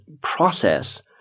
process